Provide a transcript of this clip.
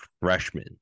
freshman